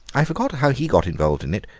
i forget how he got involved in it.